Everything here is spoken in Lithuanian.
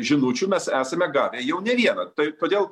žinučių mes esame gavę jau ne vieną tai todėl